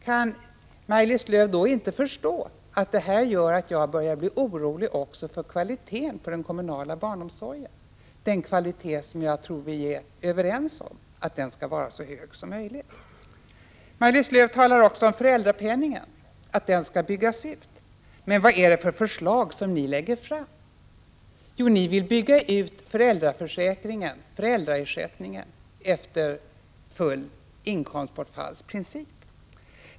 Kan Maj-Lis Lööw då inte förstå att jag börjar bli orolig också för kvaliteten på den kommunala barnomsorgen? Jag tror vi är överens om att den skall vara så god som möjligt. Maj-Lis Lööw talar också om att föräldrapenningen skall byggas ut. Men vad är det för förslag ni lägger fram? Jo, ni vill bygga ut föräldraersättningen efter fullt-inkomstbortfalls-principen.